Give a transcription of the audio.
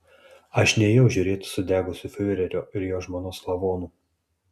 aš nėjau žiūrėti sudegusių fiurerio ir jo žmonos lavonų